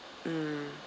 mm